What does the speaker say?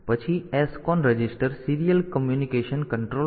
પછી આ SCON register serial communication control માટે છે